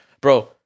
bro